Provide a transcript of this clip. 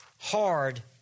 hard